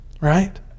right